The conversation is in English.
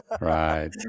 Right